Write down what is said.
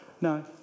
No